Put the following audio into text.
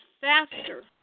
faster